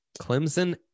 Clemson